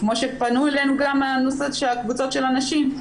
כמו שפנו אלינו גם מהקבוצות של הנשים,